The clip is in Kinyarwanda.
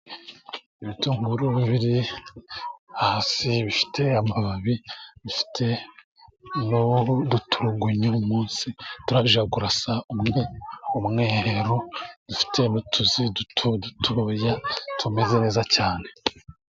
Ibitunguru biri ahasi, bifite amababi, bifite n'udutunguyu munsi turajagurasa umwerero, dufite n'tuzi duto tuya tumeze neza cyane.